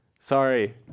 Sorry